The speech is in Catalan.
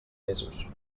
mesos